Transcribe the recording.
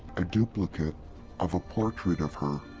a duplicate of a portrait of her.